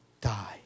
die